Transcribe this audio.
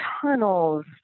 tunnels